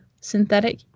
Synthetic